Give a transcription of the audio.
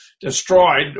Destroyed